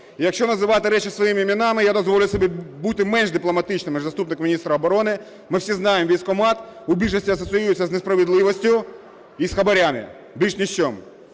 якщо називати речі своїми іменами, я дозволю собі бути менш дипломатичним як заступник міністра оборони, ми всі знаємо військкомат у більшості асоціюється з несправедливістю і з хабарями, більше ні з чим.